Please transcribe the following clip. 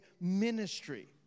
ministry